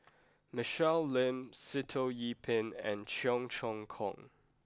Michelle Lim Sitoh Yih Pin and Cheong Choong Kong